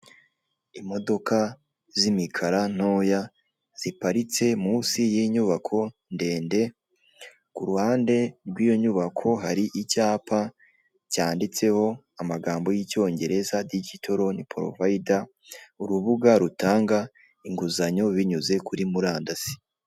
Imodoka z'imikara ntoya ziparitse munsi y'inyubako ndende. Ku ruhande rw'iyo nyubako hari icyapa cyanditseho amagambo y'Icyongereza 'digital loan provider', urubuga rutanga inguzanyo binyuze kuri murandasi.